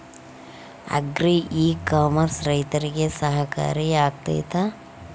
Agri e commerce ರೈತರಿಗೆ ಸಹಕಾರಿ ಆಗ್ತೈತಾ?